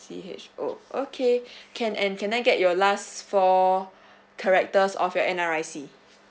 C H O okay can and can I get your last four characters of your N_R_I_C